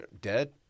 dead